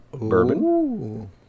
bourbon